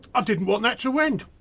i didn't want that to end.